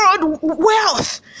wealth